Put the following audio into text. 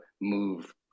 move